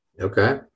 Okay